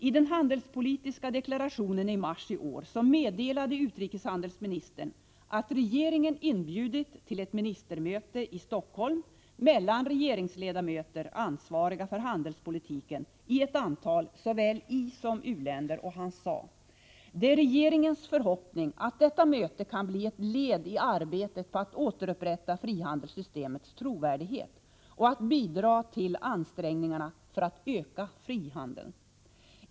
I den handelspolitiska deklarationen i mars i år meddelade utrikeshandelsministern att regeringen inbjudit till ett ministermöte i Stockholm mellan regeringsledamöter som är ansvariga för handelspolitiken i ett antal såväl isom u-länder, och han sade: ”Det är regeringens förhoppning att detta möte kan bli ett led i arbetet på att återupprätta frihandelssystemets trovärdighet och att bidra till ansträngningarna för att öka frihandeln.